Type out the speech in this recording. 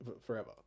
forever